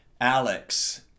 Alex